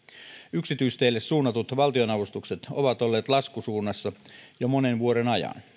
yksityisteille suunnatut valtionavustukset ovat olleet laskusuunnassa jo monen vuoden ajan